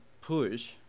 push